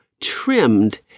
trimmed